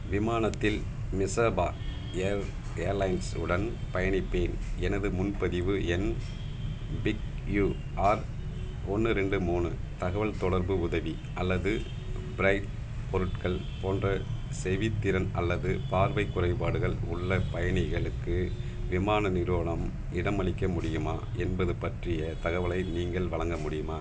விமானத்தில் Mesaba air airlines உடன் பயணிப்பேன் எனது முன்பதிவு எண் பிக்யுஆர் ஒன்று ரெண்டு மூணு தகவல் தொடர்பு உதவி அல்லது பிரெய்ல் பொருட்கள் போன்ற செவித்திறன் அல்லது பார்வை குறைபாடுகள் உள்ள பயணிகளுக்கு விமான நிறுவனம் இடமளிக்க முடியுமா என்பது பற்றிய தகவலை நீங்கள் வழங்க முடியுமா